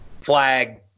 flag